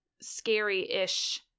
scary-ish